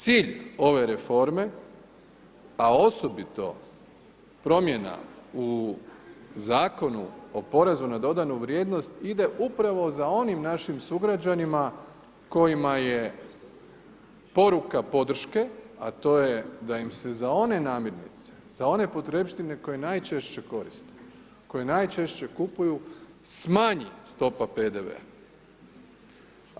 Cilj ove reforme, a osobito promjena u Zakonu o porezu na dodanu vrijednost ide upravo za onim našim sugrađanima kojima je poruka podrške, a to je da im se za one namirnice, za one potrepštine koje najčešće koriste, koje najčešće kupuju smanji stopa PDV-a.